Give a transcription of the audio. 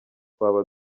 twaba